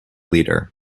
leader